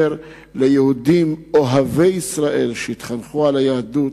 ולאפשר ליהודים אוהבי ישראל, שהתחנכו על היהדות,